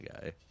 guy